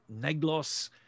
Neglos